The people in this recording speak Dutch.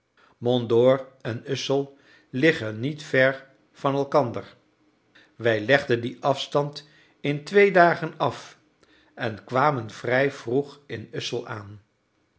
mont dore en ussel liggen niet ver van elkander wij legden dien afstand in twee dagen af en kwamen vrij vroeg in ussel aan